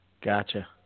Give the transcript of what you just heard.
gotcha